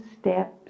steps